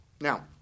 Now